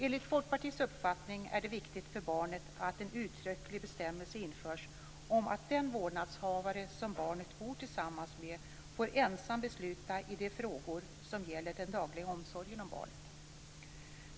Enligt Folkpartiets uppfattning är det viktigt för barnet att en uttrycklig bestämmelse införs om att den vårdnadshavare som barnet bor tillsammans med ensam får besluta i de frågor som gäller den dagliga omsorgen om barnet.